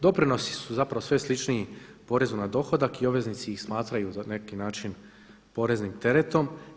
Doprinosi su zapravo sve sličniji porezu na dohodak i obveznici ih smatraju na neki način poreznim teretom.